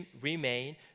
remain